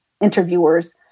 interviewers